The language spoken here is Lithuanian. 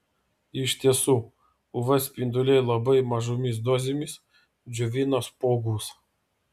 iš tiesų uv spinduliai labai mažomis dozėmis džiovina spuogus